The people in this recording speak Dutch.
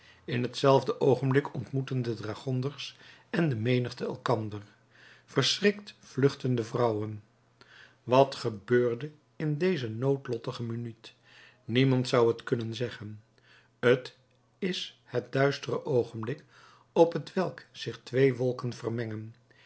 in hetzelfde oogenblik ontmoetten de dragonders en de menigte elkander verschrikt vluchtten de vrouwen wat gebeurde in deze noodlottige minuut niemand zou het kunnen zeggen t is het duister oogenblik op t welk zich twee wolken vermengen